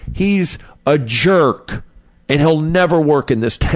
he's a jerk and he'll never work in this town.